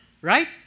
right